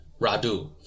Radu